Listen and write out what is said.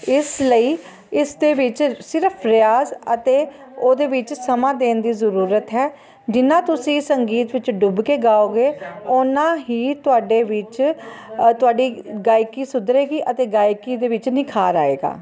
ਇਸ ਲਈ ਇਸ ਦੇ ਵਿੱਚ ਸਿਰਫ਼ ਰਿਆਜ਼ ਅਤੇ ਉਹਦੇ ਵਿੱਚ ਸਮਾਂ ਦੇਣ ਦੀ ਜ਼ਰੂਰਤ ਹੈ ਜਿੰਨਾ ਤੁਸੀਂ ਸੰਗੀਤ ਵਿੱਚ ਡੁੱਬ ਕੇ ਗਾਓਗੇ ਉੰਨਾ ਹੀ ਤੁਹਾਡੇ ਵਿੱਚ ਤੁਹਾਡੀ ਗਾਇਕੀ ਸੁਧਰੇਗੀ ਅਤੇ ਗਾਇਕੀ ਦੇ ਵਿੱਚ ਨਿਖਾਰ ਆਵੇਗਾ